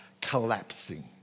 collapsing